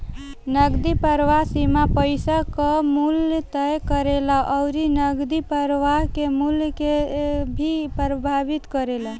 नगदी प्रवाह सीमा पईसा कअ मूल्य तय करेला अउरी नगदी प्रवाह के मूल्य के भी प्रभावित करेला